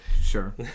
Sure